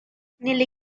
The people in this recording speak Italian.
nelle